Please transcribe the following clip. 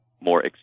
more